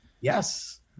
yes